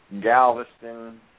Galveston